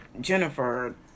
Jennifer